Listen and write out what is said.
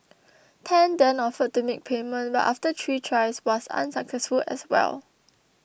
Tan then offered to make payment but after three tries was unsuccessful as well